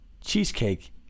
cheesecake